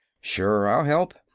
sure, i'll help,